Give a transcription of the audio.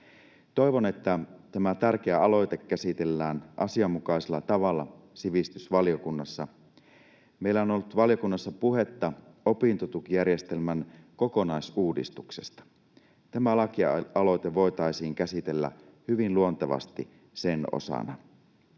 Toivon, että tämä tärkeä aloite käsitellään asianmukaisella tavalla sivistysvaliokunnassa. Meillä on ollut valiokunnassa puhetta opintotukijärjestelmän kokonaisuudistuksesta. Tämä lakialoite voitaisiin käsitellä hyvin luontevasti sen osana.